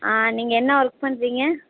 ஆ நீங்கள் என்ன ஒர்க் பண்ணுறீங்க